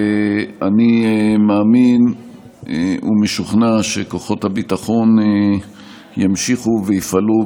אני מאמין ומשוכנע שכוחות הביטחון ימשיכו ויפעלו,